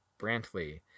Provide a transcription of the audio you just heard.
Brantley